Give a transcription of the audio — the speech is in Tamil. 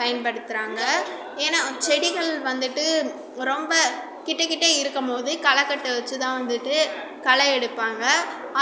பயன்படுத்துறாங்க ஏன்னா செடிகள் வந்துவிட்டு ரொம்ப கிட்ட கிட்ட இருக்கும்போது களைக்கட்ட வச்சி தான் வந்துவிட்டு களை எடுப்பாங்க